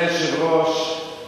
אדוני היושב-ראש,